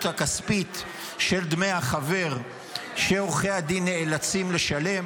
הכספית של דמי החבר שעורכי הדין נאלצים לשלם,